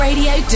Radio